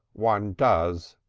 one does,